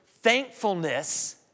thankfulness